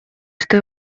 что